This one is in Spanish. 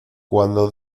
cuando